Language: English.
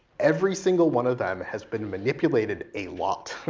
every single one of them, has been manipulated a lot,